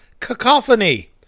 Cacophony